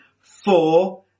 four